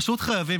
פשוט חייבים.